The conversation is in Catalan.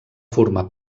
formar